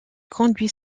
conduit